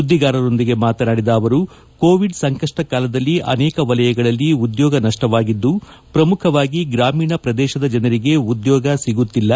ಸುದ್ವಿಗಾರರ ಜತೆ ಮಾತನಾಡಿದ ಅವರು ಕೋವಿಡ್ ಸಂಕಷ್ಟ ಕಾಲದಲ್ಲಿ ಅನೇಕ ವಲಯಗಳಲ್ಲಿ ಉದ್ಕೋಗ ನಷ್ಟವಾಗಿದ್ದು ಪ್ರಮುಖವಾಗಿ ಗ್ರಾಮೀಣ ಪ್ರದೇಶದ ಜನರಿಗೆ ಉದ್ಯೋಗ ಸಿಗುತ್ತಿಲ್ಲ